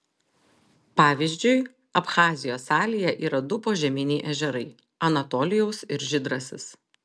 pavyzdžiui abchazijos salėje yra du požeminiai ežerai anatolijaus ir žydrasis